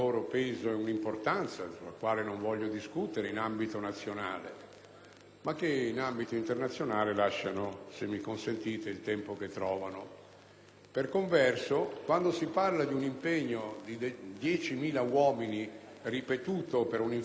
ma che in ambito internazionale lasciano, se mi consentite, il tempo che trovano. Per converso, quando si parla dell'impegno di 10.000 uomini, ripetuto per un'infinità di anni e per cento missioni in ambito internazionale,